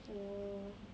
oh